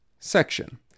Section